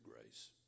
grace